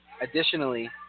Additionally